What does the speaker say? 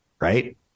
Right